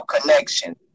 connection